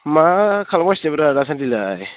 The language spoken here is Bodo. मा खालामनगासिनोब्रा दासानदिलाय